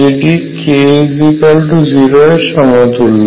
যেটি k0 এর সমতুল্য